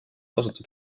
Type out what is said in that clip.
tasuta